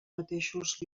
mateixos